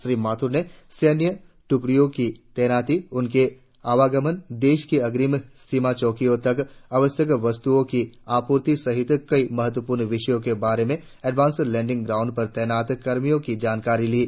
श्री माथुर ने सैन्य टूकड़ी की तैनाती उनके आवागमन देश की अग्रीम सीमा चौकियों तक आवश्यक वस्तुओं की आपूर्ति सहित कई महत्वपूर्ण विषयों के बारे में एडवांस लैंडिंग़ ग्राउंड पर तैनात कर्मियों की जानकारी ली